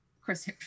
Chris